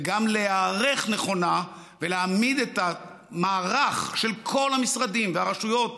וגם להיערך נכונה ולהעמיד את המערך של כל המשרדים והרשויות,